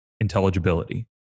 intelligibility